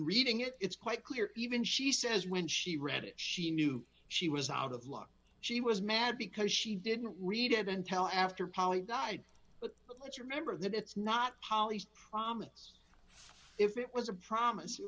reading it it's quite clear even she says when she read it she knew she was out of luck she was mad because she didn't read it until after polly died but let's remember that it's not holly's promise if it was a promise it